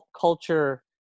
culture